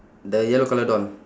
the yellow colour doll